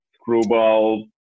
screwball